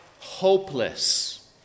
hopeless